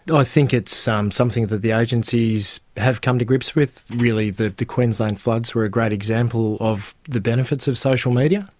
i think it's um something that the agencies have come to grips with. really the the queensland floods were a great example of the benefits of social media,